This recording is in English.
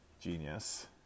genius